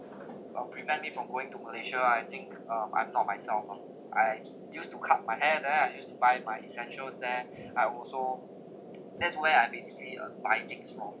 uh prevent me from going to malaysia I think um I'm not myself lah I used to cut my hair there I used to buy my essentials there I also that's where I basically uh buying things from